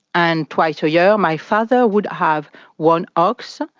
and twice a year my father would have one ox,